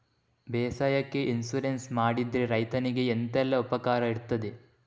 ಬೇಸಾಯಕ್ಕೆ ಇನ್ಸೂರೆನ್ಸ್ ಮಾಡಿದ್ರೆ ರೈತನಿಗೆ ಎಂತೆಲ್ಲ ಉಪಕಾರ ಇರ್ತದೆ?